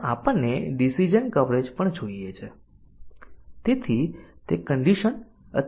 તેથી અમે હજી સુધી જોયું હતું કે ડીસીઝન ટેસ્ટીંગ એ નબળુ ટેસ્ટીંગ માપદંડ છે અને ત્યાં અનેક પ્રકારનાં કન્ડિશન ટેસ્ટીંગ છે